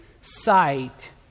sight